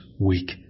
weak